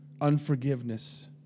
Unforgiveness